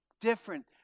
different